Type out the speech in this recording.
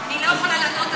אני יכולה לענות?